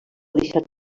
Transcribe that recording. deixat